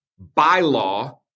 bylaw